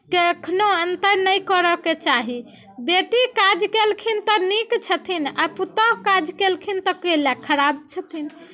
कखनो अन्तर नहि करयके चाही बेटी काज कयलखिन तऽ नीक छथिन आ पुतहु काज कयलखिन तऽ कैला खराब छथिन